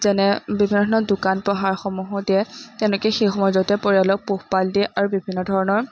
যেনে বিভিন্ন ধৰণৰ দোকান পোহাৰসমূহো দিয়ে তেওঁলোকে সেইসমূহৰ জৰিয়তে পৰিয়ালক পোহপাল দিয়ে আৰু বিভিন্ন ধৰণৰ